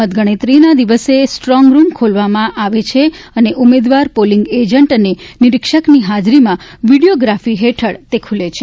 મતગઙાતરીના દિવસે સ્ટ્રોંગરૂમ ખોલવામાં આવે છે અને ઉમેદવાર પોલીંગ એજન્ટ અને નિરીક્ષકની હાજરીમાં વીડીયોગ્રાફી હેઠળ ખુલે છે